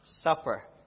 Supper